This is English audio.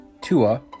Tua